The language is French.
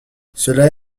cela